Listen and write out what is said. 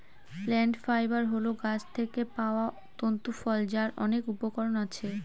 plant fibre হল গাছ থেকে পাওয়া তন্তু ফল যার অনেক উপকরণ আছে